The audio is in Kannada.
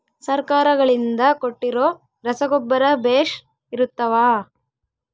ಸರ್ಕಾರಗಳಿಂದ ಕೊಟ್ಟಿರೊ ರಸಗೊಬ್ಬರ ಬೇಷ್ ಇರುತ್ತವಾ?